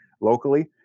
locally